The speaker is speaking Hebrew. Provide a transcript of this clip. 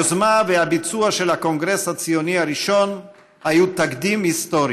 היוזמה והביצוע של הקונגרס הציוני הראשון היו תקדים היסטורי.